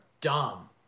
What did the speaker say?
dumb